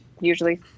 usually